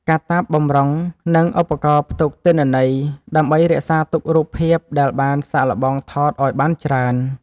កាតាប បម្រុង និងឧបករណ៍ផ្ទុកទិន្នន័យ ដើម្បីរក្សាទុករូបភាពដែលបានសាកល្បងថតឱ្យបានច្រើន។